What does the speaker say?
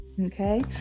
Okay